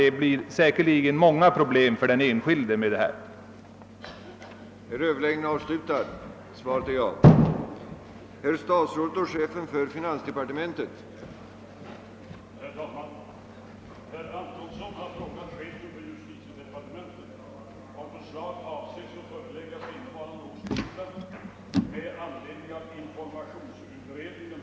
Det blir säkerligen många problem för den enskilde med dessa blanketter och nya bestämmelser.